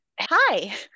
Hi